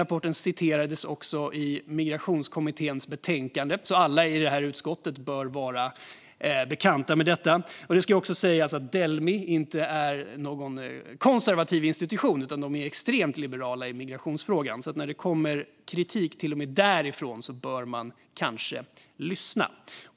Rapporten citerades också i Migrationskommitténs betänkande, så alla i utskottet bör vara bekanta med den. Det ska tilläggas att Delmi inte är någon konservativ institution utan extremt liberal i migrationsfrågan, så när det kommer kritik till och med därifrån bör man alltså lyssna.